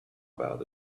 about